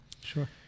sure